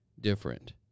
different